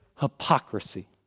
hypocrisy